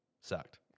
sucked